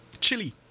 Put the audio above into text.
chili